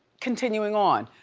continuing on,